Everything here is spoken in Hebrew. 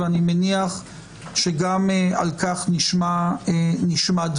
אני מניח שגם על כך נשמע דברים.